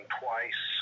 twice